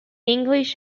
english